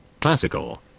Classical